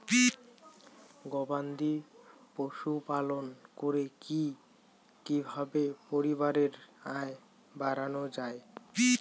গবাদি পশু পালন করে কি কিভাবে পরিবারের আয় বাড়ানো যায়?